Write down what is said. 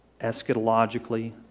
eschatologically